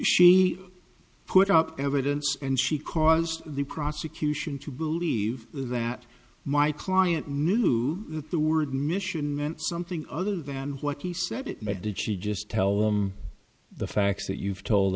she put up evidence and she caused the prosecution to believe that my client knew that the word mission meant something other than what he said it meant that she just tell him the facts that you've told